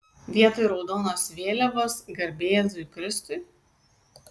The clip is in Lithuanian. vietoj raudonos vėliavos garbė jėzui kristui